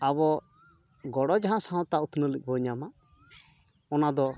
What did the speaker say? ᱟᱵᱚ ᱜᱚᱲᱚ ᱡᱟᱦᱟᱸ ᱥᱟᱶᱛᱟ ᱩᱛᱱᱟᱹᱣ ᱞᱟᱹᱜᱤᱫᱵᱚ ᱧᱟᱢᱟ ᱚᱱᱟᱫᱚ